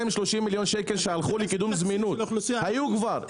230 מיליון שקל שהלכו לקידום זמינות היו כבר,